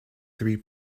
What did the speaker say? three